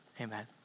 amen